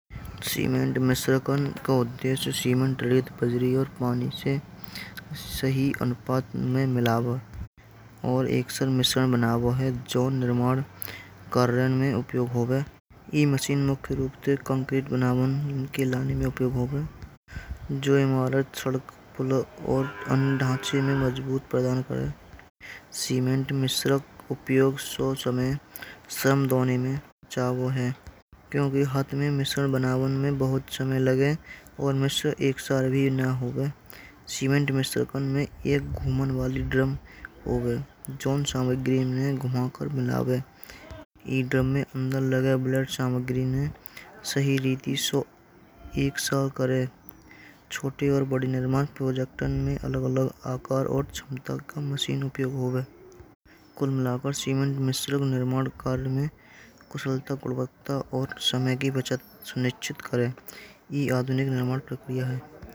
सीमेंट में सेकंड और पानी से और एक्शन मिश्र बना हुआ है। जो निर्माण कार्य में उपयोग हो गाए। ई मशीन मुख्य रूप से कांक्रीट बनावन के लाने में उपयोग होगा। और अंदाचि में मजबुत प्रदान करन सोचने शर्म धोने में चाहु है। क्योकि हाथ में मिश्रण बनावट में बहुत समय लगे और मिश्र एक सल भी न होगा। सामग्री में घुमा कर मिलावे प्रोजेक्टर में अलग अलग आकार और क्षमता का मशीन उपयोग और काल में आउगी।